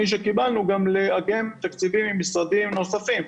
שקיבלנו גם לעגן תקציבים ממשרדים נוספים,